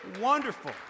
wonderful